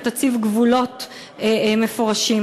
ותציב גבולות מפורשים.